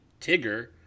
Tigger